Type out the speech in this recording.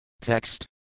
Text